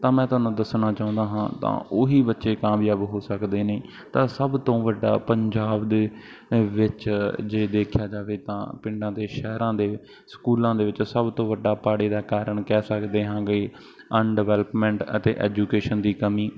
ਤਾਂ ਮੈਂ ਤੁਹਾਨੂੰ ਦੱਸਣਾ ਚਾਹੁੰਦਾ ਹਾਂ ਤਾਂ ਉਹੀ ਬੱਚੇ ਕਾਮਯਾਬ ਹੋ ਸਕਦੇ ਨੇ ਤਾਂ ਸਭ ਤੋਂ ਵੱਡਾ ਪੰਜਾਬ ਦੇ ਅ ਵਿੱਚ ਜੇ ਦੇਖਿਆ ਜਾਵੇ ਤਾਂ ਪਿੰਡਾਂ ਦੇ ਸ਼ਹਿਰਾਂ ਦੇ ਸਕੂਲਾਂ ਦੇ ਵਿੱਚ ਸਭ ਤੋਂ ਵੱਡਾ ਪਾੜੇ ਦਾ ਕਾਰਨ ਕਹਿ ਸਕਦੇ ਹਾਂ ਬਈ ਅੰਨਡਿਵੈਲਪਮੈਂਟ ਅਤੇ ਐਜੂਕੇਸ਼ਨ ਦੀ ਕਮੀ